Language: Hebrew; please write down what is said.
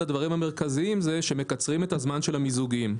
הדברים המרכזיים זה שמקצרים את הזמן של המיזוגים,